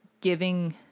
giving